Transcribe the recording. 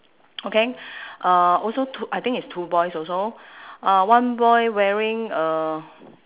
okay uh also two I think it's two boys also uh one boy wearing a